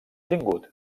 tingut